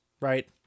right